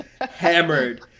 hammered